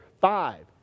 five